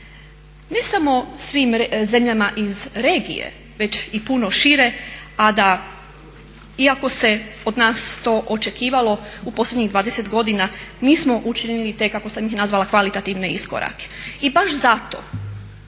ne samo svim zemljama iz regije već i puno šire a da iako se od nas to očekivalo u posljednjih 20 godina nismo učinili te kako sam ih nazvala kvalitativne iskorake. I baš zato